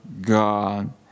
God